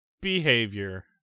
behavior